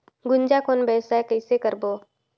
गुनजा कौन व्यवसाय कइसे करबो?